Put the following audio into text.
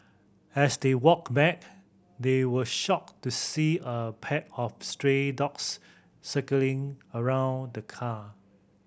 as they walked back they were shocked to see a pack of stray dogs circling around the car